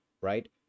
right